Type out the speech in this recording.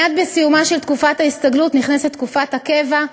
מייד בסיומה של תקופת ההסתגלות נכנסת תקופת הקבע,